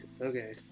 Okay